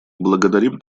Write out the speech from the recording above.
благодарим